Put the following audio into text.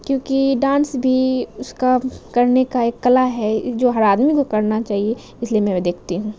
کیونکہ ڈانس بھی اس کا کرنے کا ایک کلا ہے جو ہر آدمی کو کرنا چاہیے اس لیے میں دیکھتی ہوں